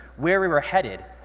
where we were headed,